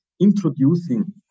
introducing